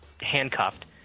handcuffed